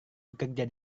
bekerja